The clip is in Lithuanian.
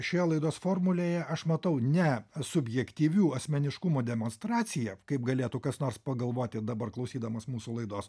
šioje laidos formulėje aš matau ne subjektyvių asmeniškumo demonstraciją kaip galėtų kas nors pagalvoti dabar klausydamas mūsų laidos